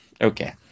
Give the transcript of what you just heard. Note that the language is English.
Okay